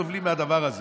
סובלים מהדבר הזה